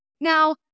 Now